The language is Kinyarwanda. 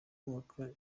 kubaka